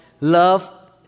love